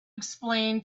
explain